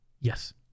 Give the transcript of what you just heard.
Yes